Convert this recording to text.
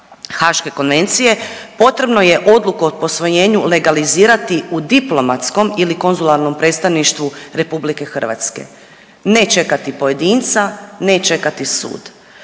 Haške konvencije potrebno je odluku o posvojenju legalizirati u diplomatskom ili konzularnom predstavništvu RH, ne čekati pojedinca, ne čekati sud,